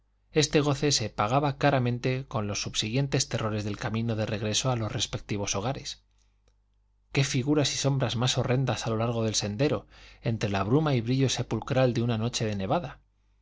este goce se pagaba caramente con los subsiguientes terrores del camino de regreso a los respectivos hogares qué figuras y sombras más horrendas a lo largo del sendero entre la bruma y brillo sepulcral de una noche de nevada